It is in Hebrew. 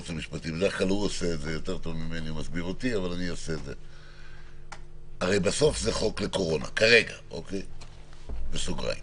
הרי זה חוק לקורונה ולכן